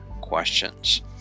questions